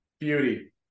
Beauty